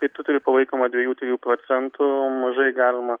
kai tu turi palaikyma dviejų trijų procentų mažai galima